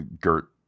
gert